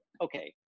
Okay